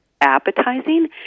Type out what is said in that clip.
appetizing